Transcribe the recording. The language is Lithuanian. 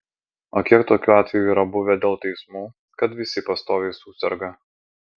o kiek tokių atvejų yra buvę dėl teismų kad visi pastoviai suserga